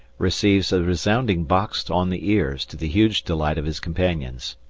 receives a resounding box on the ears to the huge delight of his companions.